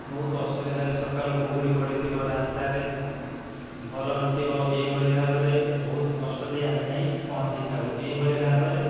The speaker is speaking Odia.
ବହୁତ ଅସୁବିଧାରେ ସକାଳୁ କୁହୁଡ଼ି ପଡ଼ିଥିବ ରାସ୍ତାରେ ଭଲ ନଥିବ ଏହିଭଳି ଭାବରେ ବହୁତ କଷ୍ଟ ଦେଇ ଆମେ ଯାଇଁ ପହଞ୍ଚିଥାଉ ଏହିଭଳି ଭାବରେ